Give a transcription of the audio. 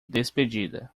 despedida